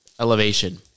elevation